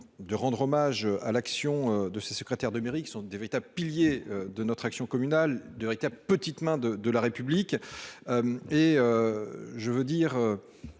de rendre hommage à l'action de ses secrétaires de mairie qui sont des véritables piliers de notre action communale de Rita, petites mains de de la République. Et. Je veux dire.